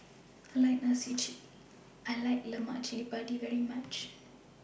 I like Lemak Cili Padi very much